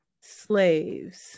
Slaves